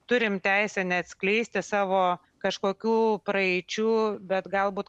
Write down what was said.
turim teisę neatskleisti savo kažkokių praeičių bet galbūt